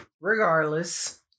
regardless